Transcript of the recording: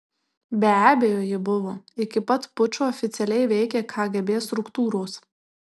be abejo ji buvo iki pat pučo oficialiai veikė kgb struktūros